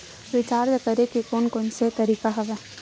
Recharge करे के कोन कोन से तरीका हवय?